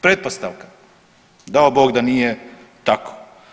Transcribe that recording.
Pretpostavka, dao Bog da nije tako.